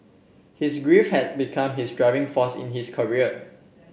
his grief had become his driving force in his career